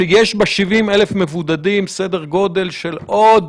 שיש ב-70,000 מבודדים סדר גודל של עוד